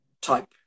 type